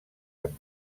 amb